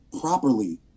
properly